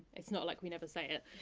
it's not like we never say it,